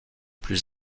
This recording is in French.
plus